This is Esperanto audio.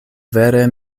vere